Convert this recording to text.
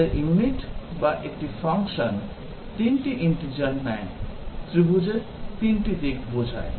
আমাদের ইউনিট বা একটি ফাংশন 3 টি integer নেয় ত্রিভুজের 3 টি দিক বোঝায়